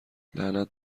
لعنت